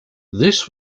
this